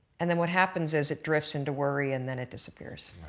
and then what happens is it drifts into worry and then it disappears.